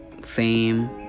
fame